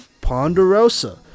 Ponderosa